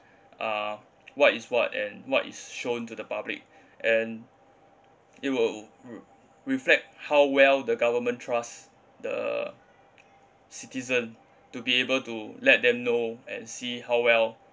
ah what is what and what is shown to the public and it will re~ reflect how well the government trust the citizen to be able to let them know and see how well